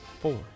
four